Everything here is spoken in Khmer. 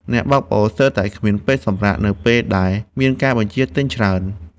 អ្នកបើកបរស្ទើរតែគ្មានពេលសម្រាក នៅពេលដែលមានការបញ្ជាទិញច្រើន។